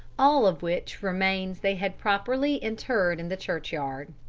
all of which remains they had properly interred in the churchyard.